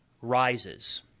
rises